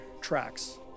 tracks